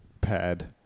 Pad